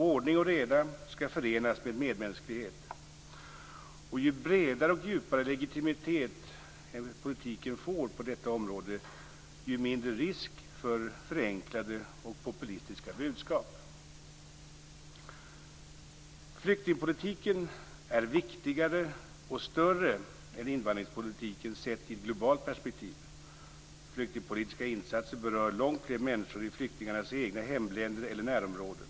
Ordning och reda skall förenas med medmänsklighet. Ju bredare och djupare legitimitet som politiken får på detta område, desto mindre risk för förenklade och populistiska budskap. Flyktingpolitiken är viktigare och större än invandringspolitiken sett i ett globalt perspektiv. Flyktingpolitiska insatser berör långt fler människor i flyktingarnas egna hemländer eller närområden.